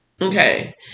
Okay